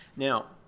Now